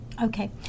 Okay